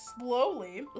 slowly